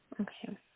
Okay